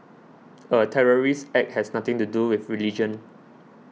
a terrorist act has nothing to do with religion